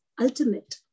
ultimate